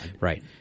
Right